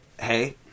Hey